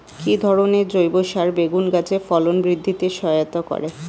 কি ধরনের জৈব সার বেগুন গাছে ফলন বৃদ্ধিতে সহায়তা করে?